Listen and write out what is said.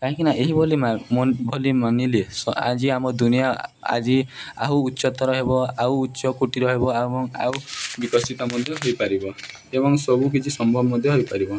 କାହିଁକିନା ଏହିଭଲି ବୋଲି ମାନିଲେ ଆଜି ଆମ ଦୁନିଆ ଆଜି ଆଉ ଉଚ୍ଚତର ହେବ ଆଉ ଉଚ୍ଚକୁଟୀର ହେବ ଏବଂ ଆଉ ବିକଶିତ ମଧ୍ୟ ହୋଇପାରିବ ଏବଂ ସବୁକିଛି ସମ୍ଭବ ମଧ୍ୟ ହୋଇପାରିବ